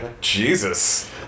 Jesus